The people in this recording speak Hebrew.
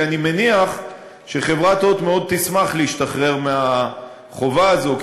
כי אני מניח שחברת "הוט" מאוד תשמח להשתחרר מהחובה הזו,